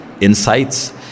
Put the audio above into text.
insights